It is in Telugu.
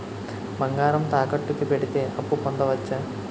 బంగారం తాకట్టు కి పెడితే అప్పు పొందవచ్చ?